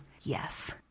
yes